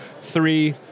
three